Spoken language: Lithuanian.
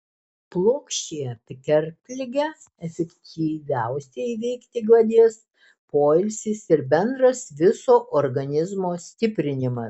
plokščiąją kerpligę efektyviausiai įveikti padės poilsis ir bendras viso organizmo stiprinimas